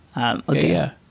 Okay